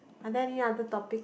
are there any other topics